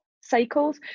cycles